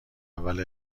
اول